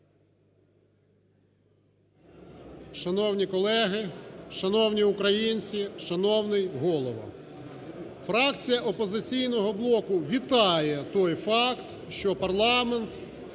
Шановні колеги, шановні українці, шановний Голово, фракція "Опозиційного блоку" вітає той факт, що парламент